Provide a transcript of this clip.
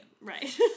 Right